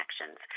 actions